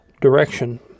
direction